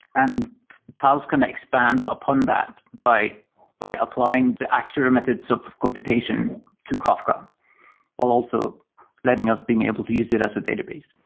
and faust can expand upon that but by applying the actual methods of computation to kafka while also letting us being able to use it as a database.